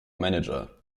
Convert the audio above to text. manager